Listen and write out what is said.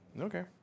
Okay